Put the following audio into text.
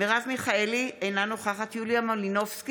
מרב מיכאלי, אינה נוכחת יוליה מלינובסקי,